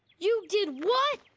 you did what?